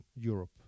Europe